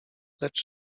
lecz